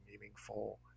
meaningful